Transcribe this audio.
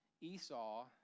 Esau